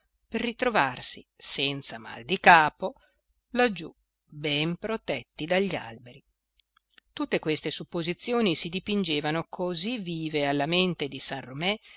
per ritrovarsi senza mal di capo laggiù ben protetti dagli alberi tutte queste supposizioni si dipingevano così vive alla mente di